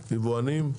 יבואנים?